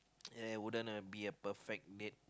it wouldn't be a perfect date